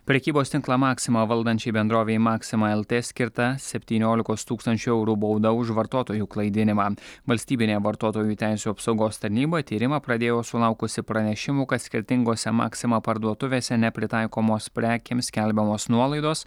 prekybos tinklą maksima valdančiai bendrovei maksima lt skirta septyniolikos tūkstančių eurų bauda už vartotojų klaidinimą valstybinė vartotojų teisių apsaugos tarnyba tyrimą pradėjo sulaukusi pranešimų kad skirtingose maksima parduotuvėse nepritaikomos prekėms skelbiamos nuolaidos